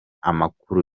amakuru